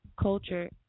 Culture